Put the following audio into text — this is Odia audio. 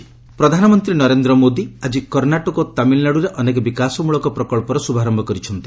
ପିଏମ୍ ଭିଜିଟ୍ ପ୍ରଧାନମନ୍ତ୍ରୀ ନରେନ୍ଦ୍ର ମୋଦି ଆଜି କର୍ଷାଟକ ଓ ତାମିଲନାଡ଼ୁରେ ଅନେକ ବିକାଶମଳକ ପ୍ରକଳ୍ପର ଶୁଭାରମ୍ଭ କରିଛନ୍ତି